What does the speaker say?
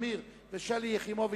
תקציבית ולכן היא דורשת שני תנאים.